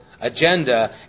agenda